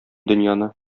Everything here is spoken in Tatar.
дөньяны